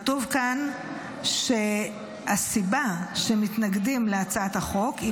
כתוב כאן שהסיבה שמתנגדים להצעת החוק היא